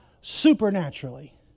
supernaturally